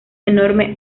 enorme